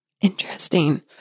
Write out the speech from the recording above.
Interesting